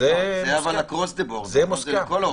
זה מוסכם.